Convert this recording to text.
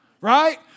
right